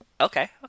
Okay